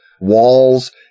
walls